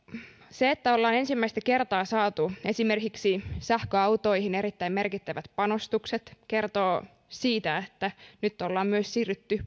se että ollaan ensimmäistä kertaa saatu esimerkiksi sähköautoihin erittäin merkittävät panostukset kertoo siitä että nyt ollaan siirrytty